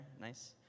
nice